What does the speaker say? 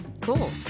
Cool